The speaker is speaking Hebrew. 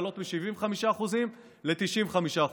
לעלות מ-75% ל-95%.